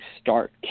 start